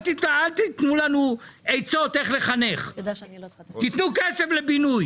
אל תתנו לנו עצות איך לחנך, תתנו כסף לבינוי.